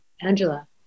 Angela